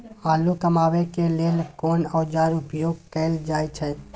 आलू कमाबै के लेल कोन औाजार उपयोग कैल जाय छै?